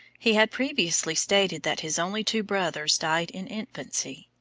he had previously stated that his only two brothers died in infancy.